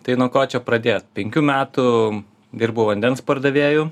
tai nuo ko čia pradėt penkių metų dirbau vandens pardavėju